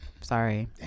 sorry